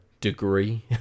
degree